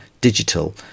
digital